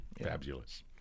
Fabulous